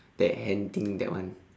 that hand thing that one